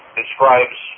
describes